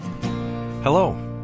Hello